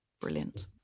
Brilliant